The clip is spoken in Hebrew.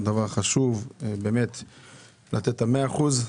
זה דבר חשוב לתת את ה-100 אחוזים.